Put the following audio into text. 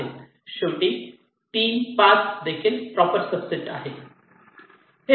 शेवटी 3 5 देखील proper subset आहे